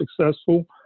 successful